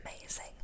amazing